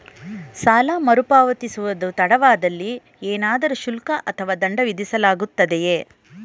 ಸಾಲ ಮರುಪಾವತಿಸುವುದು ತಡವಾದಲ್ಲಿ ಏನಾದರೂ ಶುಲ್ಕ ಅಥವಾ ದಂಡ ವಿಧಿಸಲಾಗುವುದೇ?